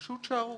פשוט שערורייה.